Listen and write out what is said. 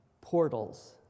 portals